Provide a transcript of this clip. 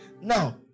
now